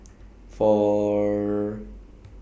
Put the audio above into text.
four